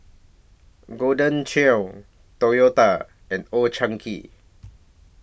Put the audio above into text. Golden Churn Toyota and Old Chang Kee